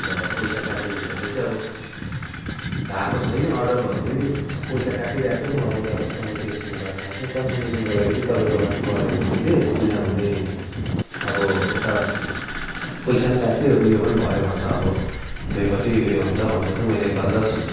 अन्त पैसा काटिएको हिसाबले चाहिँ अब भएको छैन अडर भने पनि पैसा काटिराखेको छ म अब उता कस्टमरकेयरसँग बात मार्छु कन्फर्मेसनको लागि चाहिँ तपाईँकोमा गरेको मैले किनभने अब यता पैसा काट्यो उयो पनि भयो भने त अब दुइपट्टि उयो हुन्छ भनेर चाहिँ मैले एक पल्ट जस्ट